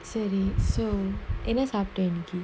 சரி:sari so என்ன சாப்ட இன்னைக்கு:enna saapta innaikku